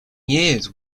years